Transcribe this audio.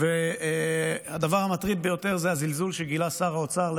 כזה מצד שר האוצר,